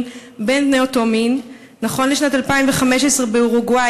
בין בני אותו מין: נכון לשנת 2015 באורוגוואי,